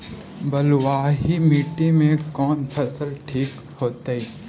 बलुआही मिट्टी में कौन फसल ठिक होतइ?